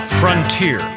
frontier